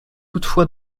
toutefois